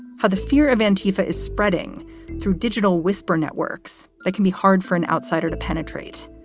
how the fear of an tifa is spreading through digital whisper networks that can be hard for an outsider to penetrate.